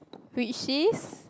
which is